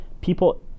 people